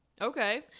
Okay